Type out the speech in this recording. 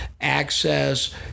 access